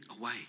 away